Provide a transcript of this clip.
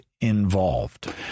involved